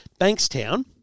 Bankstown